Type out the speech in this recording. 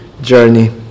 journey